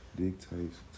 dictates